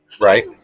right